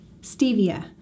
Stevia